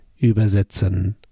übersetzen